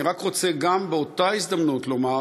אני רק רוצה באותה הזדמנות לומר